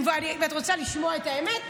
את רוצה לשמוע את האמת?